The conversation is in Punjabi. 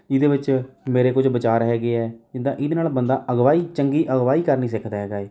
ਇਹਦੇ ਵਿੱਚ ਮੇਰੇ ਕੁਝ ਵਿਚਾਰ ਹੈਗੇ ਹੈ ਜਿੱਦਾਂ ਇਹਦੇ ਨਾਲ ਬੰਦਾ ਅਗਵਾਈ ਚੰਗੀ ਅਗਵਾਈ ਕਰਨੀ ਸਿੱਖਦਾ ਹੈਗਾ ਹੈ